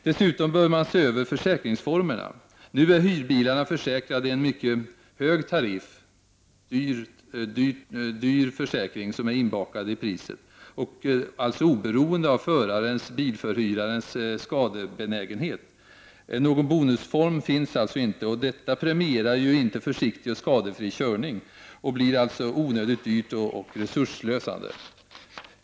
Dessutom bör man se över försäkringsformerna. Nu är hyrbilarna försäkrade i en mycket hög tariff — en dyr försäkring är inbakad i priset — och oberoende av förarens/bilförhyrarens skadebenägenhet. Någon bonusform finns inte. Försiktig och skadefri körning premieras således inte. Det här blir onödigt dyrt och resursslösande.